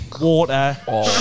water